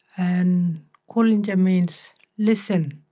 and kulintjaku means listen,